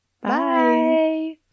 Bye